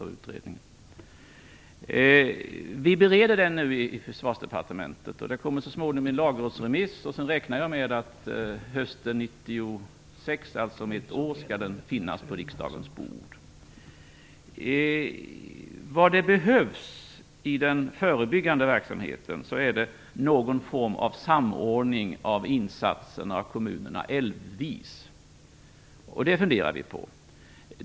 Vi bereder den nu till lagrådsremiss, och jag räknar med att den hösten 1996, alltså om ett år, skall finnas på riksdagens bord. Vad som behövs i den förebyggande verksamheten är någon form av samordning av insatserna i kommunerna älvvis. Det funderar vi på.